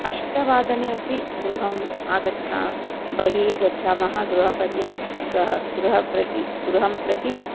अष्टवादने अपि गृहम् आगच्छामः बहिः गच्छामः गृहपर्यन्तं गृहं गृहं प्रति गृहं प्रति